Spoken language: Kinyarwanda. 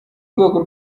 rwego